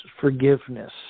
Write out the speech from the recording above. forgiveness